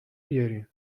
بیارین